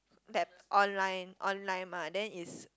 that online online mah then is